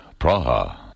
Praha